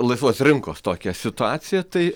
laisvos rinkos tokią situaciją tai